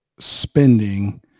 spending